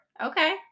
okay